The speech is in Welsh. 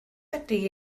ydy